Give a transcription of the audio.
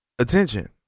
attention